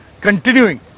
continuing